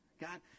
God